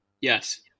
Yes